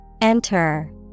enter